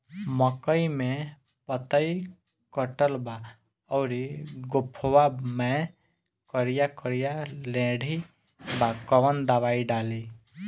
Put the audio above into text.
मकई में पतयी कटल बा अउरी गोफवा मैं करिया करिया लेढ़ी बा कवन दवाई डाली?